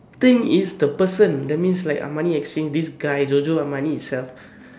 thing is the person that means like Armani-Exchange this guy Giorgio Armani itself